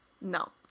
No